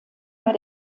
bei